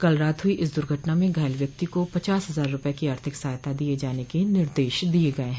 कल रात हुई इस दुर्घटना में घायल व्यक्ति को पचास हजार रूपये की आर्थिक सहायता दिये जाने के निर्देश दिये गये हैं